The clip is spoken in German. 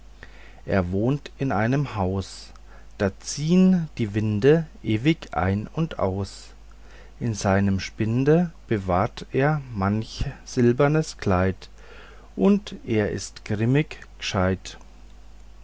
er wohnt in einem haus da ziehen die winde ewig ein und aus in seinem spinde bewahrt er manch silbernes kleid und er ist grimmig gescheit